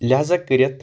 لِہذا کٔرِتھ